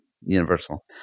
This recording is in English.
Universal